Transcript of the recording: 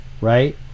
right